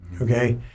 Okay